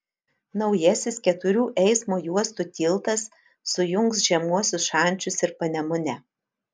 naujasis keturių eismo juostų tiltas sujungs žemuosius šančius ir panemunę